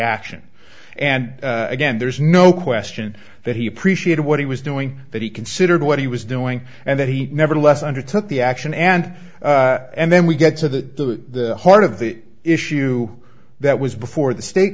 action and again there's no question that he appreciated what he was doing that he considered what he was doing and that he nevertheless undertook the action and and then we get to the heart of the issue that was before the state